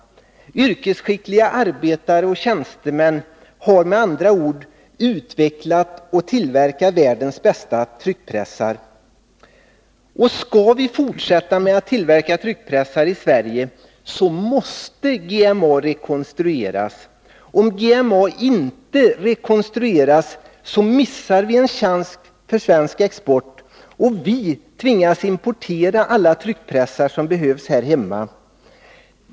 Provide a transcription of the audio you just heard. Yrkesskickliga arbetare och tjänstemän har med andra ord utvecklat och tillverkat världens bästa tryckpressar. Skall vi fortsätta med att tillverka tryckpressar i Sverige måste GMA rekonstrueras. Om GMA inte rekonstrueras missar vi en chans för svensk export, och vi tvingas importera alla tryckpressar som behövs här hemma.